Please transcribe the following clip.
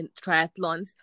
triathlons